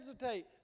hesitate